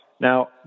Now